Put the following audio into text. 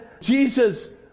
Jesus